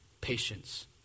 patience